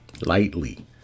lightly